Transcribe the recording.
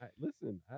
Listen